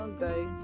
Okay